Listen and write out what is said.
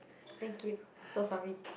thank you so sorry